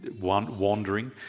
wandering